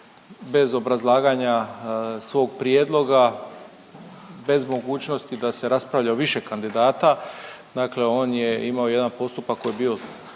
bez obrazlaganja svog prijedloga, bez mogućnosti da se raspravlja o više kandidata. Dakle, on je imao jedan postupak koji je bio